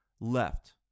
left